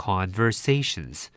Conversations